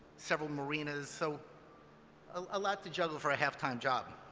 several marinas, so a lot to juggle for a half-time job.